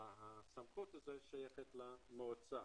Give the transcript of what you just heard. הסמכות הזו שייכת למועצה,